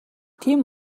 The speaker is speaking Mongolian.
тийм